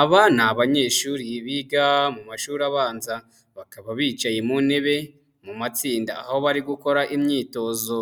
Aba ni abanyeshuri biga mu mashuri abanza, bakaba bicaye mu ntebe mu matsinda, aho bari gukora imyitozo,